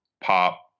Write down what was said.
pop